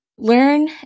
learn